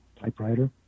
typewriter